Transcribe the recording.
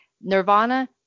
nirvana